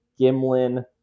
Gimlin